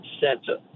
center